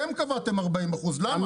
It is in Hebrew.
אתם קבעתם 40%. למה?